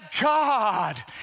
God